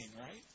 right